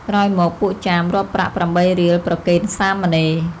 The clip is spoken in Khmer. ក្រោយមក ពួកចាមរាប់ប្រាក់ ៨ រៀលប្រគេនសាមណេរ។